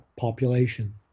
population